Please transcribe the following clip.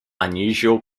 unusual